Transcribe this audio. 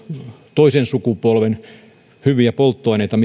toisen sukupolven hyviä polttoaineita